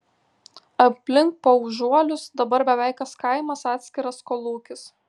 aplink paužuolius dabar beveik kas kaimas atskiras kolūkis